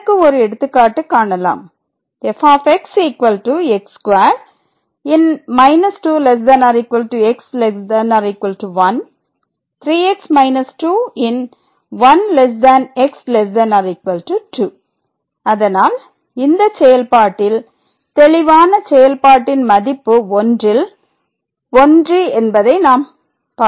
இதற்கு ஒரு எடுத்துக்காட்டு காணலாம் fxx2 2x1 3x 2 1x2 அதனால் இந்த செயல்பாட்டில் தெளிவாக செயல்பாட்டின் மதிப்பு 1 ல் 1 என்பதை நாம் பார்க்கலாம்